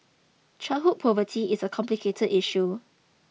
childhood poverty is a complicated issue